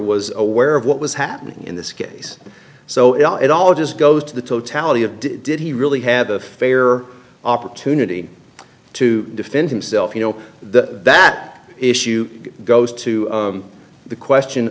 was a wall of what was happening in this case so it all just goes to the totality of did did he really have a fair opportunity to defend himself you know that that issue goes to the question